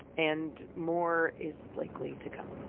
and more is likely to come